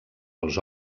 els